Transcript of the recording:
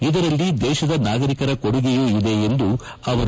ಇದರಲ್ಲಿ ದೇಶದ ನಾಗರಿಕ ಕೊಡುಗೆಯು ಇದೆ ಎಂದರು